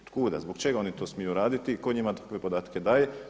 Od kuda, zbog čega oni to smiju raditi i tko njima takve podatke daje?